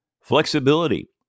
Flexibility